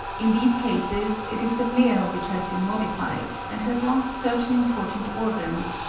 in these cases it is the male which has been modified, and has lost certain important organs,